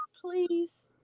please